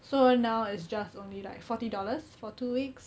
so now is just only like forty dollars for two weeks